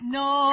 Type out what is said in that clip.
no